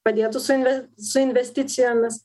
padėtų su inv su investicijomis